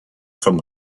from